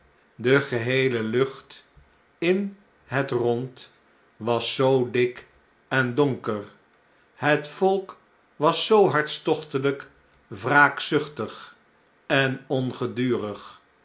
de geheele lucht in het rond was zoo dik en donker het volk was zoo hartstochtelp wraakzuchtig en ongedurig